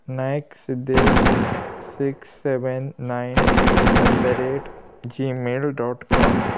Naik Siddesh six seven nine eight the rate Gmail dot com